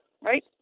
right